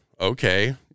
Okay